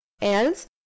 else